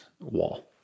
wall